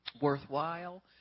worthwhile